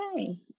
okay